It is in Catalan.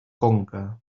conca